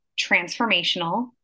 transformational